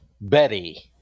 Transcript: Betty